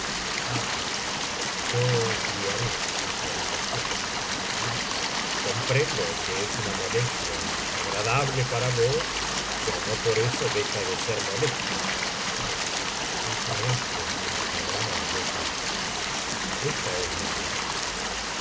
yo os guiaré á su hacitación comprendo que es una molestia agradable para vos pero no por eso deja de ser molestia el trabajo que nos agrada no cansa esta es la puerta